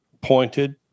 pointed